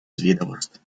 zvědavost